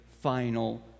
final